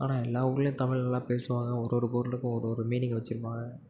ஆனால் எல்லா ஊர்லையும் தமிழ் நல்லா பேசுவாங்க ஒரு ஒரு பொருளுக்கும் ஒரு ஒரு மீனிங் வச்சுருப்பாங்க